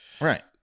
Right